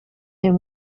him